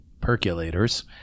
percolators